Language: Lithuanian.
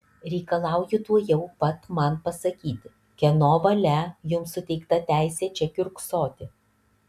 reikalauju tuojau pat man pasakyti kieno valia jums suteikta teisė čia kiurksoti